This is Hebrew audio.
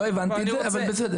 לא הבנתי את זה אבל בסדר.